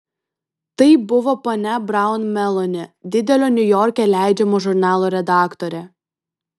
tai buvo ponia braun meloni didelio niujorke leidžiamo žurnalo redaktorė